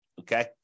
okay